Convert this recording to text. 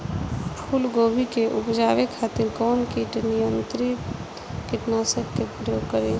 फुलगोबि के उपजावे खातिर कौन कीट नियंत्री कीटनाशक के प्रयोग करी?